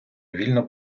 вільно